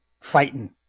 fighting